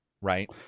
right